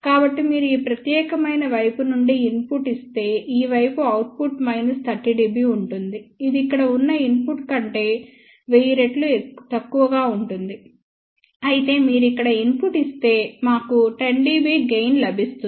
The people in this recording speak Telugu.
కాబట్టి మీరు ఈ ప్రత్యేకమైన వైపు నుండి ఇన్పుట్ ఇస్తే ఈ వైపు అవుట్పుట్ మైనస్ 30 dB ఉంటుంది ఇది ఇక్కడ ఉన్న ఇన్పుట్ కంటే 1000 రెట్లు తక్కువగా ఉంటుంది అయితే మీరు ఇక్కడ ఇన్పుట్ ఇస్తే మాకు 10 dB గెయిన్ లభిస్తుంది